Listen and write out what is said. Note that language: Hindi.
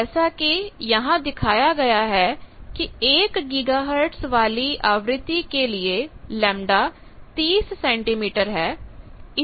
जैसा कि यहां दिखाया गया है कि 1 गीगाहर्ट्ज वाली आवृत्ति के लिए λ 30 सेंटीमीटर है